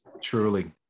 Truly